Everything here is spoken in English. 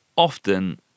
Often